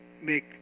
make